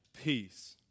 peace